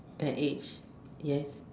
that age yes